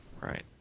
Right